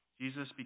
Jesus